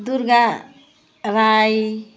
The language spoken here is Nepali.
दुर्गा राई